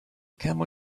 camel